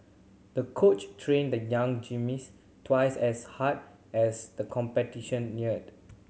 the coach trained the young gymnast twice as hard as the competition neared